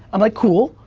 i'm like, cool,